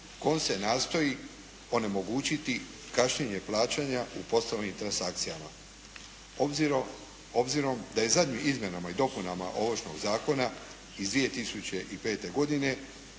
kojom se nastoji onemogućiti kašnjenje plaćanja u poslovnim transakcijama. Obzirom da je zadnjim izmjenama i dopunama Ovršnog zakona iz 2005. godine